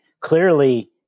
clearly